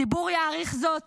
הציבור יעריך זאת